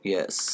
Yes